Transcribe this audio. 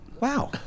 Wow